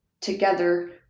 together